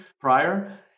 prior